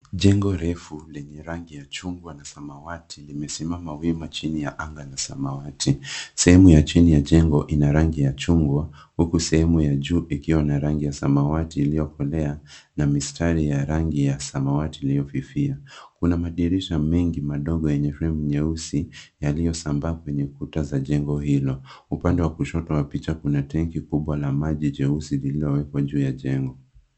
Jengo refu lenye rangi ya chungwa na samawati limesimama wima chini ya anga ya samawati. Sehemu ya chini ya jengo ina rangi ya chungwa huku sehemu ya juu ikiwa na rangi ya samawati iliyokolea na mistari ya rangi ya samawati iliyofifia. Kuna madirisha mengi madogo yenye fremu nyeusi yaliyosambaa kwenye kuta za jengo hilo. Upande wa kushoto wa picha kuna tenki kubwa na maji jeusi lililowekwa juu ya jengo.